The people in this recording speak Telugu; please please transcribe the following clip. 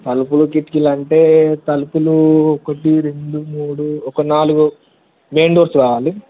తలుపులు కిటికలంటే తలుపులు ఒకటి రెండు మూడు ఒక నాలుగు మెయిన్ డోర్స్ కావాలి